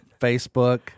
Facebook